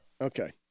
okay